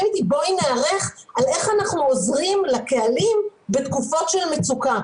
איתי בואי ניערך איך אנחנו עוזרים לקהלים בתקופות של מצוקה.